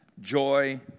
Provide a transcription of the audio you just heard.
joy